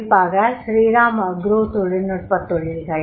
குறிப்பாக ஸ்ரீராம் அக்ரோ தொழில்நுட்பத் தொழில்கள்